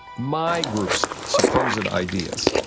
my group's supposed ideas,